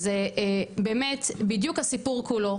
זה באמת בדיוק הסיפור כולו.